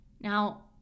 Now